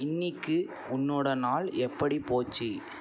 இன்றைக்கு உன்னோட நாள் எப்படி போச்சு